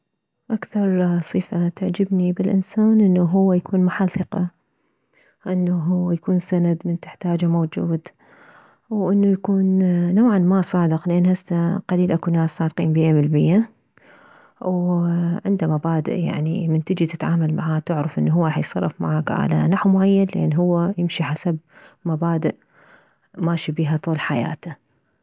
اكثر صفة تعجبني بالانسان انه هو يكون محل ثقة انه يكون سند من تحتاجه موجود وانه يكون نوعا ما صادق لا هسه قليل اكو ناس صادقين مية بالمية وعنده مباديء يعني من تجي تتعامل معاه تعرف انه راح يتصرف معاك على نحو معين لان هو يمشي حسب مباديء ماشي بيها طول حياته